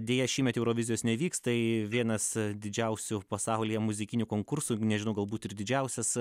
deja šįmet eurovizijos nevyks tai vienas didžiausių pasaulyje muzikinių konkursų nežinau galbūt ir didžiausias